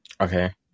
okay